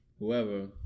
whoever